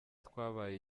twabaye